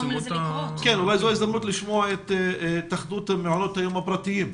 אבל זו הזדמנות לשמוע את התאחדות מעונות היום הפרטיים.